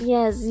Yes